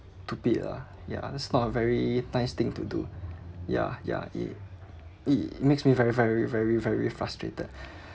stupid ah ya that's not a very nice thing to do ya ya it it makes me very very very very frustrated